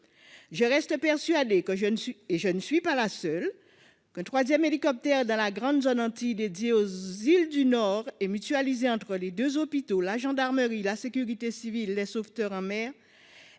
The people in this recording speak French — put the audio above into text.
Je reste persuadée- et je ne suis pas la seule -qu'un troisième hélicoptère dans la grande zone Antilles, dédié aux îles du Nord et mutualisé entre les deux hôpitaux, la gendarmerie, la sécurité civile, les sauveteurs en mer,